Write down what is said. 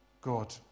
God